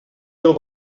del